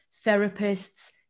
Therapists